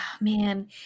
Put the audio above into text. man